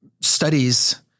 studies